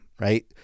right